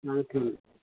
Langathel